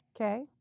Okay